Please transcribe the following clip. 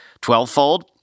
Twelvefold